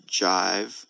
Jive